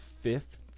fifth